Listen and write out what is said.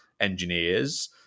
engineers